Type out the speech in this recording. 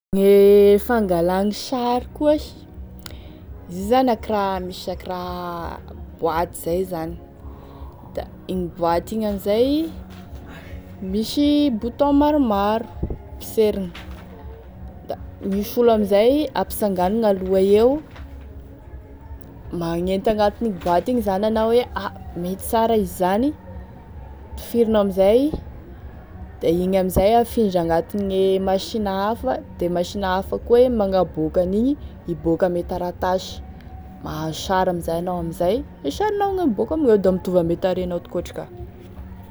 Gne fangalagny sary koa sh, izy io zany akoraha, misy akoraha boaty zay zany, da igny boaty igny amzay, misy bouton maromaro poserigny, da misy olo amizay ampisanganagny aloha eo magnenty agnatine boaty izy zany anao, mety sara izy zany tifiriny amin'izay da iny amzay e afindra agnatine machine hafa da e machine hafa koa e magnaboaky an'igny, hiboaky ame taratasy, mahazo sary amin'izay enao amzay, e sarinao no miboky amigneo da mitovy ame tarehinao tokoatry ka.